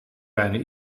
bijna